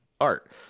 art